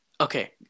Okay